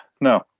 no